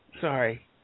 Sorry